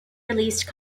released